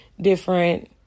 different